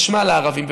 חשמל לערבים,